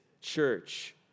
church